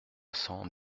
cent